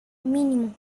mínimo